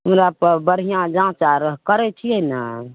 दुरापर बढ़िआँ जाँच आर करय छियै ने